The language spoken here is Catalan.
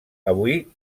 avui